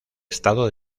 estado